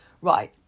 right